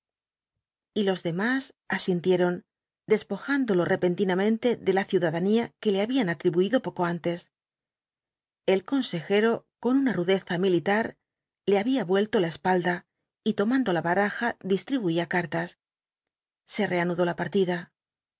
y los demás asintieron despojándolo repentinamente de la ciudadanía que le habían atribuido poco antes el consejero con una rudeza militar le había vuelto la espalda y tomando la baraja distribuía cartas se reanudó la partida